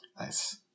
Nice